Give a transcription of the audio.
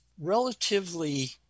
relatively